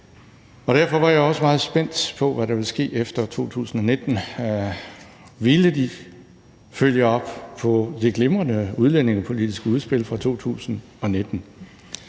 Derfor var jeg også meget spændt på, hvad der ville ske efter 2019. Ville de følge op på det glimrende udlændingepolitiske udspil fra 2019?